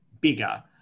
bigger